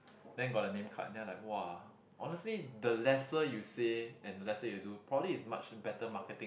then got the name card then I like !wow! honestly the lesser you say and lesser you do probably is much better marketing